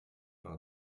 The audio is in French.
par